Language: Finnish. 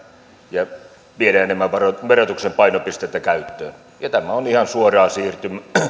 ja viemään verotuksen painopistettä käyttöön tämä on ihan suoraa siirtymää